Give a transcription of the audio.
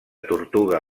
tortuga